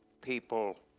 people